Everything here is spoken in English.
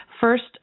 First